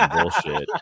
Bullshit